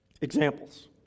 Examples